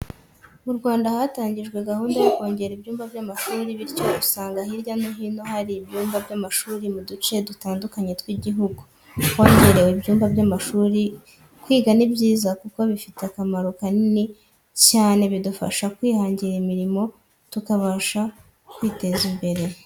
Mu Rwanda hatangijwe gahunda yo kongera ibyumba by'amashuri bityo usanga hirya no hino hari ibyumba by'amashuri muduce dutandukanye tw'igihugu hongerewe ibyumba by'amashuri kwiga nibyiza kuko bifite akamaro kanini cyane bidufasha kwihangira umurimo tukabasha kwiteza imbere.